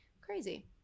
Crazy